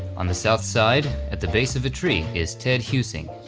on the south side at the base of a tree is ted husing.